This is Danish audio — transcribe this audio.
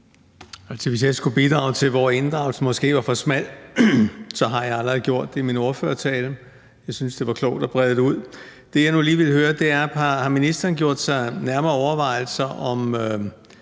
Hvis jeg skulle bidrage til, hvor inddragelsen måske var for smal, så har jeg allerede gjort det i min ordførertale. Jeg synes, det ville være klogt at brede det ud. Det, jeg lige vil høre, er, om ministeren har gjort sig nærmere overvejelser om